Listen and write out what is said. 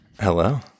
hello